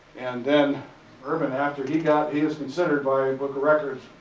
and then urban after he got, he was considered by a book of records,